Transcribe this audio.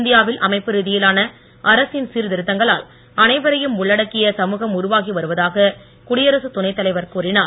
இந்தியாவில் அமைப்பு ரீதியிலான அரசின் சீர்திருத்தங்களால் அனைவரையும் உள்ளடக்கிய சமூகம் உருவாகி வருவதாக குடியரசு துணைத் தலைவர் கூறினார்